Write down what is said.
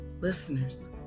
listeners